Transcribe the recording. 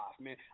man